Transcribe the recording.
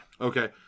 Okay